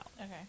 Okay